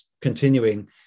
continuing